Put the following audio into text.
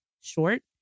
short